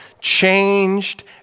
changed